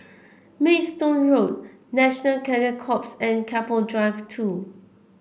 Maidstone Road National Cadet Corps and Keppel Drive Two